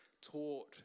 taught